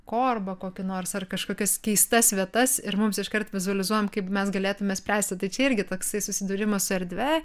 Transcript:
ko arba kokiu nors ar kažkokias keistas vietas ir mums iškart vizualizuojam kaip mes galėtume spręsti tai čia irgi toksi susidūrimas su erdve